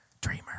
dreamer